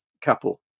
couple